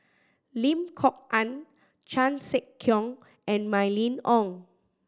Lim Kok Ann Chan Sek Keong and Mylene Ong